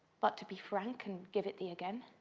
but to be frank, and give it thee again.